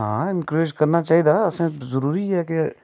आं इनकरेज़ करना चाहिदा असें जरूरी ऐ के